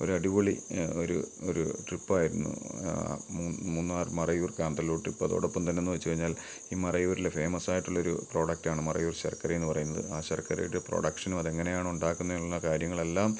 ഒരടിപൊളി ഒരു ഒരു ട്രിപ്പായിരുന്നു മൂന്നാർ മറയൂർ കാന്തല്ലൂർ ട്രിപ്പ് അതോടൊപ്പം തന്നെയുന്നു വച്ചു കഴിഞ്ഞാൽ ഈ മറയൂരിൽ ഫേമസ് ആയിട്ടുള്ളൊരു പ്രൊഡക്ടാണ് മറയൂർ ശർക്കരയെന്നു പറയുന്നത് ആ ശർക്കരയുടെ പ്രൊഡക്ഷനും അതങ്ങനെയാണ് ഉണ്ടാക്കുന്നതെന്നുള്ള കാര്യങ്ങളെല്ലാം